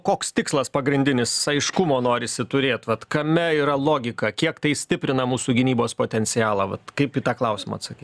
koks tikslas pagrindinis aiškumo norisi turėt vat kame yra logika kiek tai stiprina mūsų gynybos potencialą vat kaip į tą klausimą atsakyt